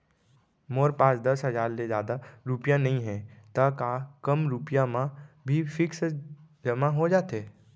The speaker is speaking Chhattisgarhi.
मोर पास दस हजार ले जादा रुपिया नइहे त का कम रुपिया म भी फिक्स जेमा हो जाथे?